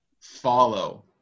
follow